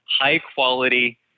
high-quality